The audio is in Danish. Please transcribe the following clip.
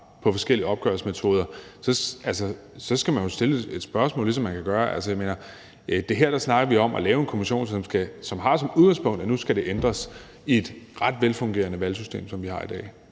på forskellige opgørelsesmetoder, skal man jo stille et skriftligt spørgsmål, som man kan gøre. Jeg mener, at med det her snakker vi om at lave en kommission, som har som udgangspunkt, at et ret velfungerende valgsystem, som vi har i dag,